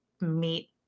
meet